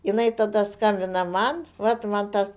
jinai tada skambina man vat man tas